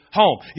home